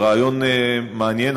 זה רעיון מעניין,